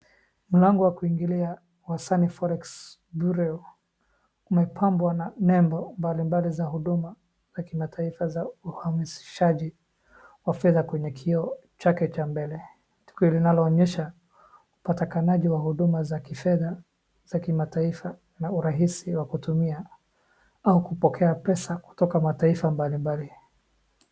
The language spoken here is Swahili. Mlango wa kuingilia wa Sunny Forex Bureau umepambwa na nembo mablimbali za huduma ya kimataifa za uhamasishaji wa fedha kwenye kioo chake cha mbele, tukio linaloonyesha upatikanaji wa huduma za kifedha za kimataifa na urahisi wa kutumia au kupokea pesa kutoka mataifa mbalimbali.